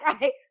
right